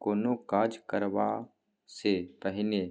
कोनो काज करबासँ पहिने